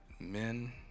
men